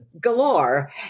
galore